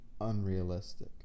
unrealistic